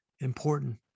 important